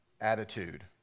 attitude